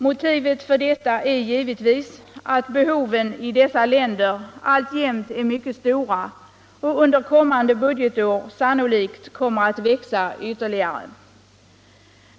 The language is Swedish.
Motivet för detta är givetvis att behoven i dessa länder alltjämt är mycket stora och under kommande budgetår sannolikt kommer att växa ytterligare.